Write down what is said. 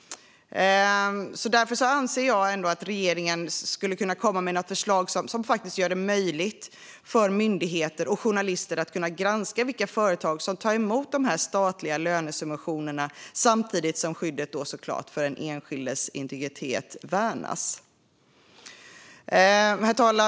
Jag anser därför att regeringen bör komma med förslag som gör det möjligt för myndigheter och journalister att granska vilka företag som tar emot statliga lönesubventioner, samtidigt som skyddet för den enskildes integritet såklart värnas. Herr talman!